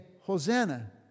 Hosanna